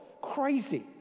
Crazy